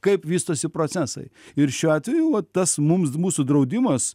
kaip vystosi procesai ir šiuo atveju va tas mums mūsų draudimas